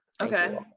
okay